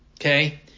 Okay